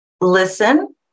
listen